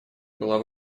была